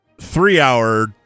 three-hour